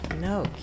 No